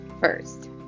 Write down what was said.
first